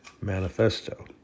Manifesto